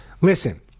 Listen